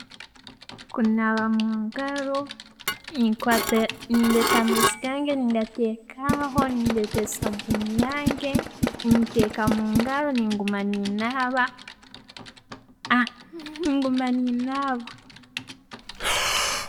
Kunaba mungaro, ne- nendetta amaizi gange nengatekaho, netta sabuuni yange, ntekamu mungaro nenguma nenaba, nenguma nenaba.